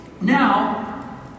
Now